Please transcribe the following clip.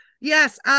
yes